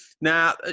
Now